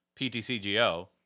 PTCGO